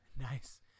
Nice